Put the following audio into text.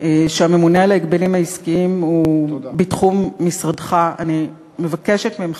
שהממונה על ההגבלים העסקיים הוא בתחום משרדך: אני מבקשת ממך,